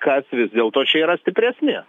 kas vis dėlto čia yra stipresni